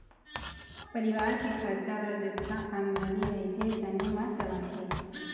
परिवार के खरचा ल जतका आमदनी रहिथे तेने म चलाथे